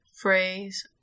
phrase